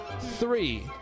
three